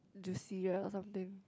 juicy ah or something